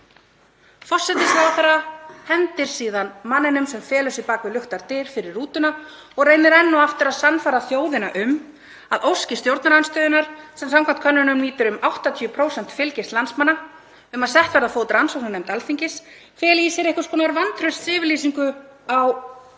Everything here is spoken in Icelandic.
Forsætisráðherra hendir síðan manninum sem felur sig bak við luktar dyr fyrir rútuna og reynir enn og aftur að sannfæra þjóðina um að ósk stjórnarandstöðunnar, sem samkvæmt könnunum nýtur um 80% fylgis landsmanna, um að sett verði á fót rannsóknarnefnd Alþingis feli í sér einhvers konar vantraustsyfirlýsingu á